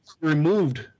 removed